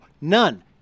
None